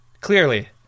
Clearly